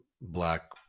black